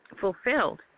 fulfilled